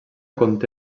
conté